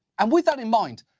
and with that in mind,